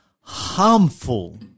harmful